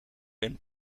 een